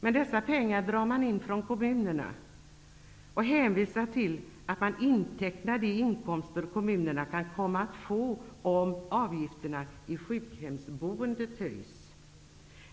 Men dessa pengar drar man in från kommunerna och hänvisar till att man intecknar de inkomster kommunerna kan komma att få om avgifterna i sjukhemsboendet höjs.